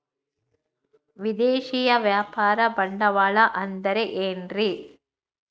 ವಿದೇಶಿಯ ವ್ಯಾಪಾರ ಬಂಡವಾಳ ಅಂದರೆ ಏನ್ರಿ?